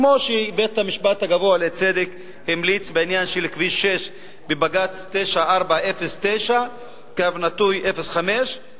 כמו שבית-המשפט הגבוה לצדק המליץ בעניין של כביש 6 בבג"ץ 9409/05 על